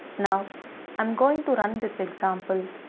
now i'm going to run this example.